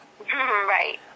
Right